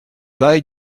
bail